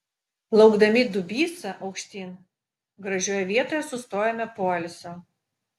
plaukdami dubysa aukštyn gražioje vietoje sustojome poilsio